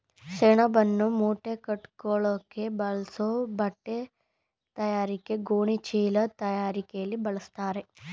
ಸೆಣಬನ್ನು ಮೂಟೆಕಟ್ಟೋಕ್ ಬಳಸೋ ಬಟ್ಟೆತಯಾರಿಕೆ ಗೋಣಿಚೀಲದ್ ತಯಾರಿಕೆಲಿ ಬಳಸ್ತಾರೆ